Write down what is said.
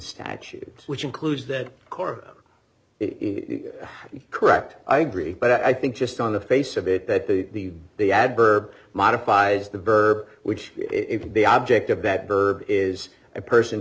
statute which includes that core is correct i agree but i think just on the face of it that the the adverb modifies the verb which it can be object of that verb is a person